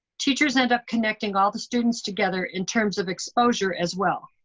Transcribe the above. teachers end up connecting all the students together in terms of exposure, as well.